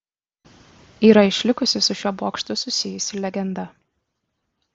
yra išlikusi su šiuo bokštu susijusi legenda